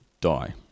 die